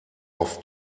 auf